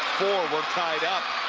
we're tied up.